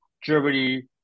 Germany